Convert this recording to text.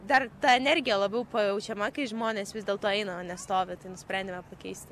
dar ta energija labiau pajaučiama kai žmonės vis dėlto eina o ne stovi tai nusprendėme pakeisti